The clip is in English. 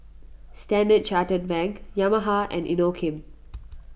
Standard Chartered Bank Yamaha and Inokim